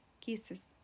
Kisses